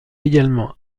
également